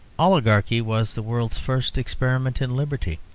oligarchy was the world's first experiment in liberty.